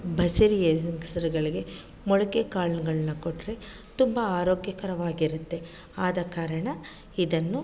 ಬಸುರಿ ಹೆಂಗಸ್ರುಗಳಿಗೆ ಮೊಳಕೆ ಕಾಳುಗಳ್ನ ಕೊಟ್ಟರೆ ತುಂಬ ಆರೋಗ್ಯಕರವಾಗಿರುತ್ತೆ ಆದ ಕಾರಣ ಇದನ್ನು